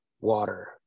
water